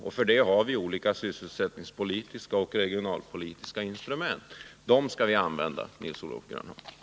Men för detta har vi olika sysselsättningspolitiska och regionalpolitiska instrument. Dem skall vi använda, Nils-Olof Grönhagen.